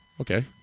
Okay